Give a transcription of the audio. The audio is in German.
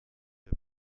der